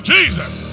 Jesus